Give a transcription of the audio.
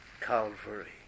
calvary